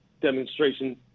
demonstration